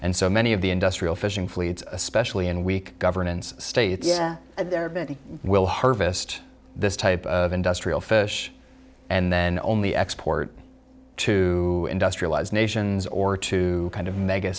and so many of the industrial fishing fleets especially in weak governance states their ability will harvest this type of industrial fish and then only export to industrialized nations or to kind of mega